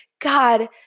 God